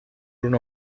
uno